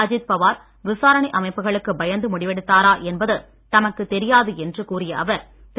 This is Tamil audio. அஜீத் பவார் விசாரணை அமைப்புகளுக்கு பயந்து முடிவெடுத்தாரா என்பது தமக்கு தெரியாது என்று கூறிய அவர் திரு